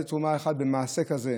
איזו תרומה אחת במעשה כזה,